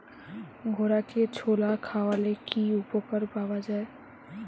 ঘোড়াকে ছোলা খাওয়ালে কি উপকার পাওয়া যায়?